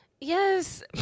Yes